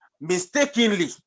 mistakenly